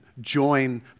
join